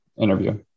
interview